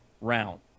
round